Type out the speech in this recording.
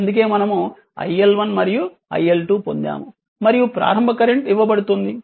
అందుకే మనము iL1 మరియు iL2 పొందాము మరియు ప్రారంభ కరెంట్ ఇవ్వబడుతుంది